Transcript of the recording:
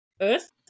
Earth